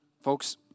folks